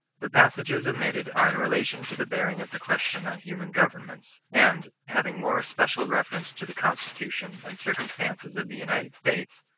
the passages omitted are in relation to the bearing of the question on human governments and, having more especial reference to the constitution and circum stances of the united states,